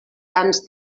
tants